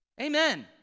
Amen